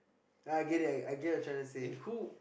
I I get it I get what you're trying to say